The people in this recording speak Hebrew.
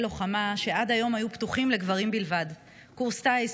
לוחמה שעד היום היו פתוחים לגברים בלבד: קורס טיס,